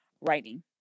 writing